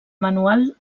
manual